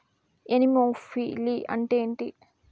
Anemophily అంటే ఏంటి?